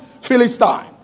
Philistine